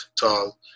tall